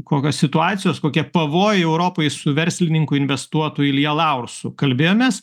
kokios situacijos kokie pavojai europai su verslininku investuotoju ilja laursu kalbėjomės